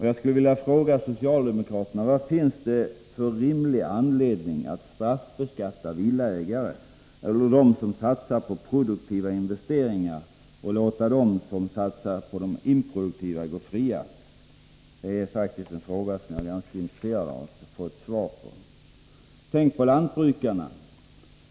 Jag skulle vilja fråga socialdemokraterna: Vad finns det för rimlig anledning att straffbeskatta villaägare eller dem som satsar på produktiva investeringar och låta dem som satsat på improduktiva gå fria? Detta är en fråga som jag faktiskt är mycket intresserad av att få ett svar på. Tänk på lantbrukarna.